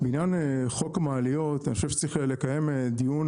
בעניין חוק המעליות אני חושב שצריך לקיים דיון